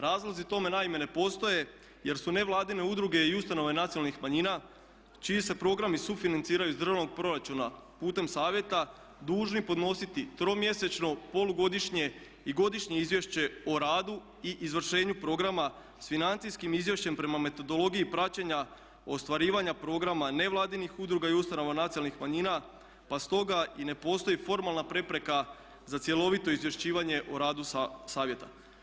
Razlozi tome naime ne postoje, jer su nevladine udruge i ustanove nacionalnih manjina čiji se programi sufinanciraju iz državnog proračuna putem Savjeta dužni podnositi tromjesečno, polugodišnje i godišnje izvješće o radu i izvršenju programa s financijskim izvješćem prema metodologiji praćenja ostvarivanja programa nevladinih udruga i ustanova nacionalnih manjina, pa stoga i ne postoji formalna prepreka za cjelovito izvješćivanje o radu Savjeta.